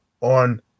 on